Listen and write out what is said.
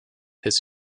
his